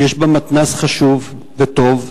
שיש בה מתנ"ס חשוב וטוב,